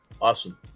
Awesome